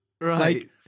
Right